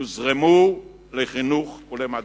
יוזרמו לחינוך ולמדע,